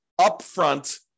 upfront